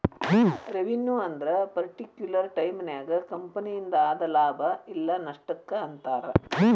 revenue ಅಂದ್ರ particular ಟೈಮನ್ಯಾಗ ಕಂಪನಿಯಿಂದ ಆದ ಲಾಭ ಇಲ್ಲ ನಷ್ಟಕ್ಕ ಅಂತಾರ